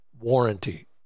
warranty